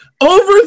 over